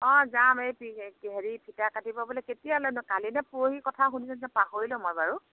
অঁ যাম এই পি কি হেৰি ফিটা কাটিব বোলে কেতিয়ালৈনো কালি নে পৰহি কথা শুনিছিলোঁ জানো পাহৰিলোঁ মই বাৰু